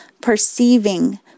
perceiving